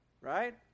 Right